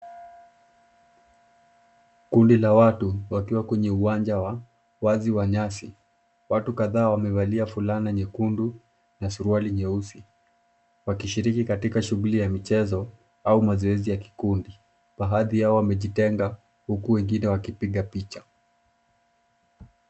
Kundi la watu wakiwa kwenye uwanja wa wazi wa nyasi. Watu kadhaa wamevalia fulana nyekundu na suruali nyeusi wakishiriki katika shughuli ya michezo au mazoezi ya kikundi. Baadhi yao wamejitenga huku wengine wakipiga picha.